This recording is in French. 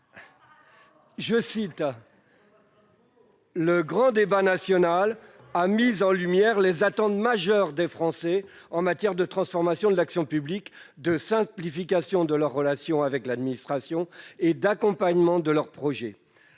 ?« Le grand débat national a mis en lumière les attentes majeures des Français en matière de transformation de l'action publique, de simplification de leur relation avec l'administration et d'accompagnement de leurs projets. «